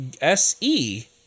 se